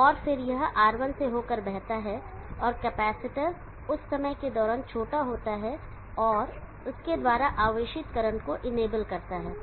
और फिर यह R1 से होकर बहता है और कैपेसिटर उस समय के दौरान शॉर्ट होता है और इसके द्वारा आवेशित करंट को इनेबल करता है